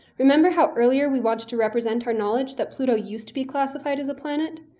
remember how earlier we wanted to represent our knowledge that pluto used to be classified as a planet?